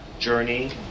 journey